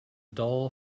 dull